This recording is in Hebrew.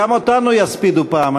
גם אותנו יספידו פעם,